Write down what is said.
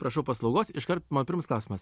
prašau paslaugos iškart man pirmas klausimas